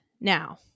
now